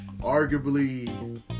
arguably